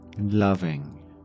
loving